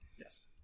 Yes